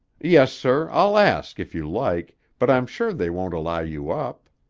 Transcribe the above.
yes, sir. i'll ask, if you like, but i'm sure they won't allow you up.